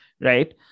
right